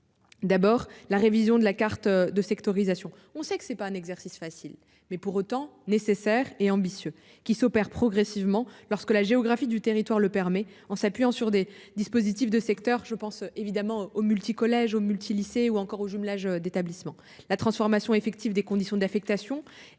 D'abord la révision de la carte de sectorisation, on sait que c'est pas un exercice facile mais pour autant nécessaire et ambitieux qui s'opère progressivement lorsque la géographie du territoire le permet, en s'appuyant sur des dispositifs de secteur je pense évidemment aux multi-collèges au multi-lycée ou encore au jumelage d'établissements la transformation effective des conditions d'affectation et